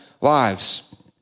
lives